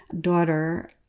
daughter